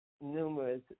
numerous